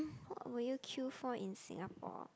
what would you queue for in Singapore